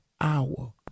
hour